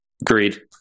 Agreed